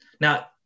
Now